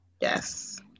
Yes